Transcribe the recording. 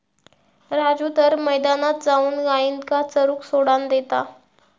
राजू तर मैदानात जाऊन गायींका चरूक सोडान देता